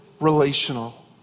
relational